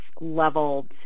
leveled